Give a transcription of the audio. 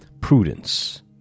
prudence